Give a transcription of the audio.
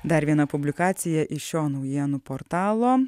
dar viena publikacija iš šio naujienų portalo